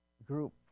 Group